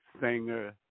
singer